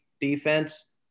defense